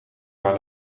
maar